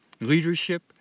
leadership